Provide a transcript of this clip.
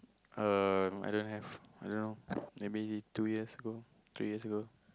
um I don't have I don't know maybe two years ago three years ago